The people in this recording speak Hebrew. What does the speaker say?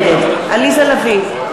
נגד עליזה לביא,